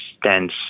dense